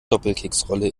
doppelkeksrolle